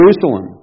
Jerusalem